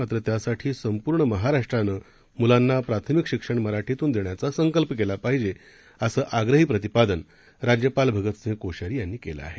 मात्र त्यासाठी संपूर्ण महाराष्ट्रानं मुलांना प्राथमिक शिक्षण मराठीतून देण्याचा संकल्प केला पाहिजे असं आग्रही प्रतिपादन राज्यपाल भगतसिंह कोश्यारी यांनी केलं आहे